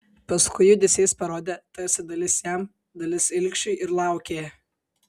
paskui judesiais parodė tarsi dalis jam dalis ilgšiui ir laukė